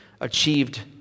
achieved